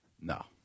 No